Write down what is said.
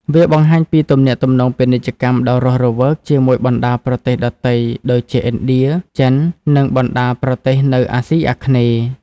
វាបង្ហាញពីទំនាក់ទំនងពាណិជ្ជកម្មដ៏រស់រវើកជាមួយបណ្តាប្រទេសដទៃដូចជាឥណ្ឌា ចិន និងបណ្តាប្រទេសនៅអាស៊ីអាគ្នេយ៍។